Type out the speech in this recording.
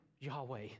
Yahweh